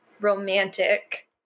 romantic